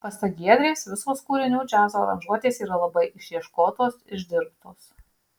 pasak giedrės visos kūrinių džiazo aranžuotės yra labai išieškotos išdirbtos